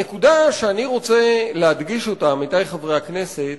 הנקודה שאני רוצה להדגיש, עמיתי חברי הכנסת,